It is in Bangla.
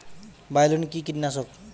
বায়োলিন কি কীটনাশক?